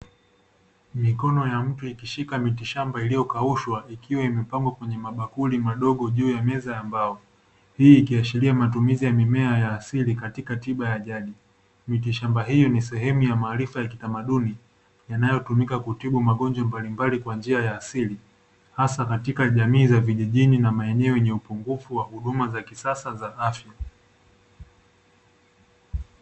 Mikono ya mtu ikishika mitishamba iliyokaushwa ikiwa imepangwa kwenye mabakuli madogo juu ya meza ya mbao hii ikiashiria matumizi ya mimea ya asili katika tiba ya ajabu mitishamba hiyo ni sehemu ya maarifa ya kitamaduni yanayotumika kutibu magonjwa mbalimbali kwa njia ya asili hasa katika jamii za vijijini na maeneo yenye upungufu wa huduma za kisasa za afya.